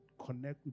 connect